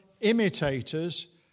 imitators